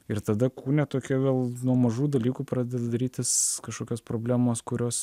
ir tada kūne tokia vėl nuo mažų dalykų pradeda darytis kažkokios problemos kurios